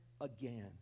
again